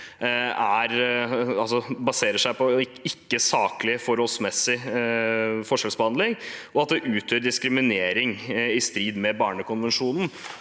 baserer seg på usaklig og uforholdsmessig forskjellsbehandling, og at det utgjør diskriminering i strid med barnekonvensjonen.